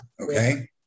Okay